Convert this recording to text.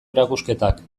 erakusketak